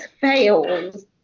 fails